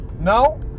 Now